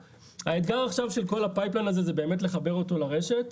האתגר של כל הצנרת הזו הוא באמת לחבר אותה לרשת.